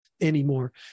anymore